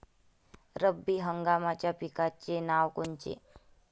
रब्बी हंगामाच्या पिकाचे नावं कोनचे?